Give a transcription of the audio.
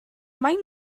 maen